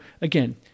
again